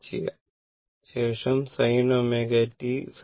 എഴുതാം എന്നിട്ടു സുബ്സ്ടിട്യൂറ്റ് ചെയ്യാം